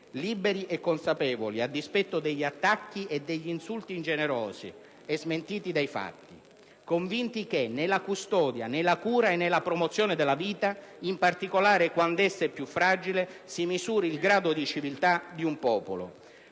liberi e consapevoli, a dispetto degli attacchi e degli insulti ingenerosi e smentiti dai fatti, convinti che nella custodia, nella cura e nella promozione della vita, in particolare quand'essa è più fragile, si misuri il grado di civiltà di un popolo.